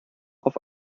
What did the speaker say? auf